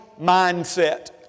mindset